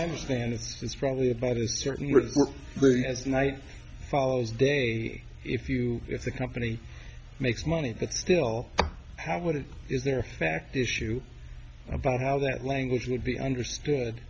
understand it's probably about a certain report as night follows day if you if the company makes money that still have what it is there a fact issue about how that language would be understood